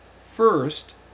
First